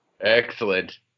Excellent